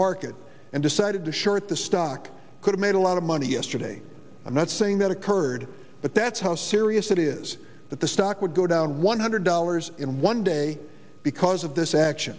market and decided to short the stock could made a lot of money yesterday i'm not saying that occurred but that's how serious it is that the stock would go down one hundred dollars in one day because of this action